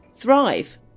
Thrive